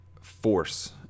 force